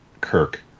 kirk